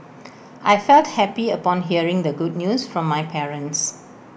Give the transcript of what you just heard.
I felt happy upon hearing the good news from my parents